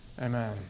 Amen